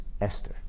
Esther